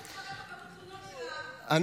לא תתחרה בכמות תלונות, הזה נגדי.